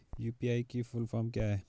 UPI की full form क्या है?